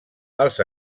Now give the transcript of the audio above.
als